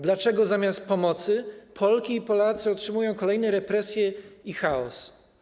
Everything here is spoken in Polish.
Dlaczego zamiast pomocy Polki i Polacy otrzymują koleje represje i chaos?